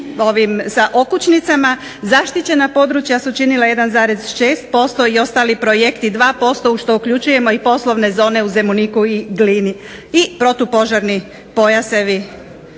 sa okućnicama, zaštićena područja su činila 1,6% i ostali projekti 2% u što uključujemo i poslovne zone u Zemuniku i Glini i protupožarni pojasevi